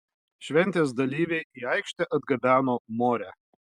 šventės dalyviai į aikštę atgabeno morę